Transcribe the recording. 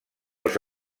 els